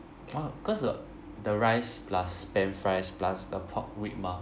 !huh! cause the rice plus spam fries plus the pork rib mah